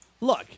look